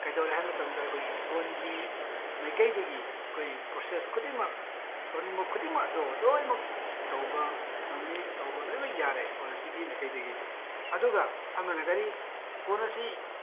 ꯀꯩꯗꯧꯔꯦ ꯍꯥꯏꯕ ꯃꯇꯝꯗ ꯑꯩꯈꯣꯏꯒꯤ ꯐꯣꯟꯒꯤ ꯃꯥꯏꯀꯩꯗꯒꯤ ꯑꯩꯈꯣꯏ ꯄ꯭ꯔꯣꯁꯦꯁ ꯈꯨꯗꯤꯡꯃꯛ ꯇꯧꯅꯤꯡꯕ ꯈꯨꯗꯤꯡꯃꯛ ꯑꯗꯣ ꯂꯣꯏꯃꯛ ꯇꯧꯕ ꯉꯝꯃꯤ ꯇꯧꯕ ꯂꯣꯏꯃꯛ ꯌꯥꯔꯦ ꯐꯣꯟ ꯑꯁꯤꯒꯤ ꯃꯥꯏꯀꯩꯗꯒꯤ ꯑꯗꯨꯒ ꯑꯃꯅ ꯀꯔꯤ ꯐꯣꯟ ꯑꯁꯤ